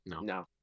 No